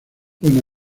buen